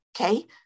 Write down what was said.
Okay